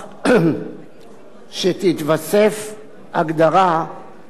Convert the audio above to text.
שתתווסף הגדרה לביטוי "הפליה",